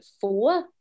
four